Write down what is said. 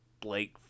Blake